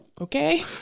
Okay